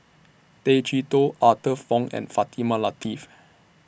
Tay Chee Toh Arthur Fong and Fatimah Lateef